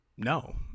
no